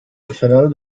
arsenal